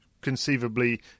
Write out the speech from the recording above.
conceivably